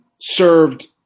served